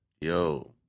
yo